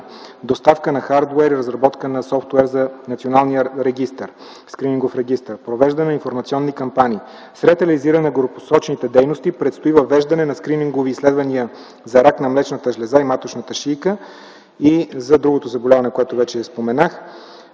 доставка на хардуер и разработка на софтуер за национален скринингов регистър, провеждане на информационни кампании. След анализиране на горепосочените дейности предстои въвеждане на скринингови изследвания за рак на млечната жлеза и маточната шийка и за другото заболяване, което вече ви споменах.